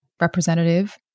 representative